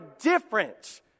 different